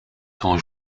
sont